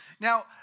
Now